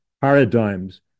paradigms